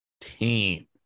team